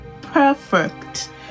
perfect